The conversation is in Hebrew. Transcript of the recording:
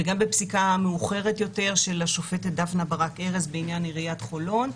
וגם בפסיקה מאוחרת של השופטת דפנה ברק ארז בעניין עיריית חולון,